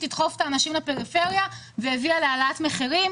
תדחוף את האנשים לפריפריה והביאה להעלאת מחירים.